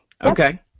Okay